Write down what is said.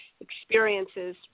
experiences